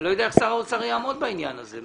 אני לא יודע איך שר האוצר יעמוד בעניין הזה.